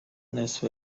نصف